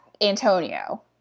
Antonio